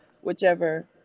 whichever